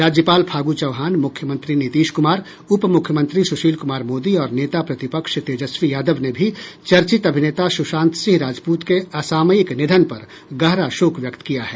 राज्यपाल फागू चौहान मूख्यमंत्री नीतीश कुमार उप मूख्यमंत्री सुशील कुमार मोदी और नेता प्रतिपक्ष तेजस्वी यादव ने भी चर्चित अभिनेता सुशांत सिंह राजपूत के असामयिक निधन पर गहरा शोक व्यक्त किया है